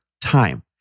time